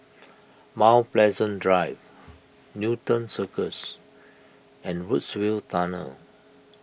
Mount Pleasant Drive Newton Circus and Woodsville Tunnel